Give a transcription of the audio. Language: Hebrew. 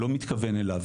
אף